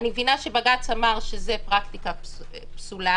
אני מבינה שבג"ץ אמר שזאת פרקטיקה פסולה,